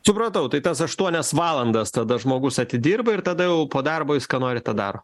supratau tai tas aštuonias valandas tada žmogus atidirba ir tada jau po darbo jis ką nori tą daro